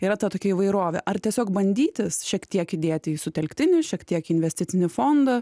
yra ta tokia įvairovė ar tiesiog bandytis šiek tiek įdėti į sutelktinį šiek tiek į investicinį fondą